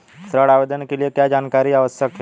ऋण आवेदन के लिए क्या जानकारी आवश्यक है?